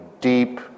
deep